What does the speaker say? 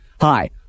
Hi